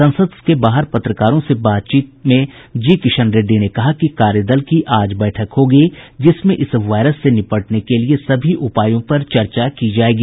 संसद के बाहर पत्रकारों से बात करते हुए जी किशन रेड्डी ने कहा कि कार्यदल की आज बैठक होगी जिसमें इस वायरस से निपटने के लिए सभी उपायों पर चर्चा की जाएगी